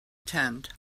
tent